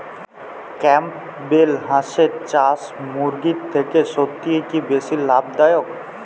Campbell হাঁসের চাষ মুরগির থেকে সত্যিই কি বেশি লাভ দায়ক?